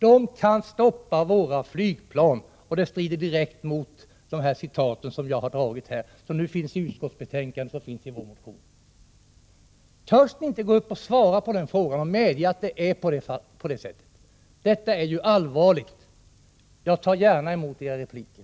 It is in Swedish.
De kan stoppa tillverkningen och underhållet av våra flygplan, och det strider direkt mot vad som sades i 1982 års proposition och som jag citerat här. Det står i utskottets betänkande och i vår motion. Törs ni inte gå upp och svara på den frågan och medge att det är på det sättet? Detta är ju allvarligt. Jag tar gärna emot era repliker.